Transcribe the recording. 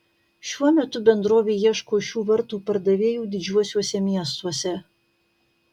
šiuo metu bendrovė ieško šių vartų pardavėjų didžiuosiuose miestuose